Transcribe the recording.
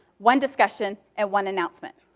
one discussion, and one announcement.